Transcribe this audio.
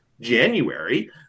January